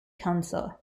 council